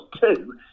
Two